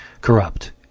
corrupt